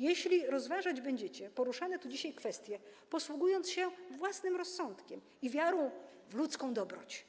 Jeśli będziecie rozważać poruszane tu dzisiaj kwestie, posługując się własnym rozsądkiem i wiarą w ludzką dobroć,